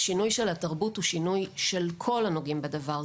שינוי התרבות הוא שינוי של כל הנוגעים בדבר.